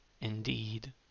indeed